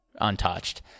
untouched